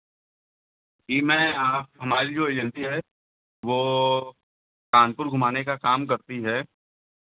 जी मैं हमारी जो एजेंसी है वो कानपुर घुमाने का काम करती है